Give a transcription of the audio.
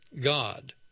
God